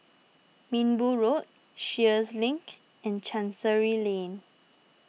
Minbu Road Sheares Link and Chancery Lane